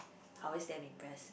always damn impressed